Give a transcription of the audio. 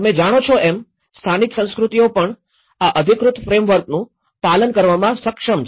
તમે જાણો છો એમ સ્થાનિક સંસ્કૃતિઓ પણ આ અધિકૃત ફ્રેમવર્કનું પાલન કરવામાં સક્ષમ છે